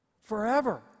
Forever